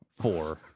four